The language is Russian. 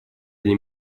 для